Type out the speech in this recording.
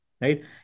right